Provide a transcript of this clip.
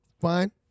Fine